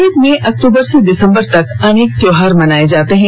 भारत में अक्टूबर से दिसंबर तक अनेक त्योहार मनाए जाते हैं